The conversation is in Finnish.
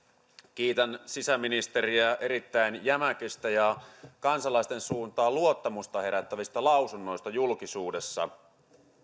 kiitän sisäministeriä erittäin jämäkistä ja kansalaisten suuntaan luottamusta herättävistä lausunnoista julkisuudessa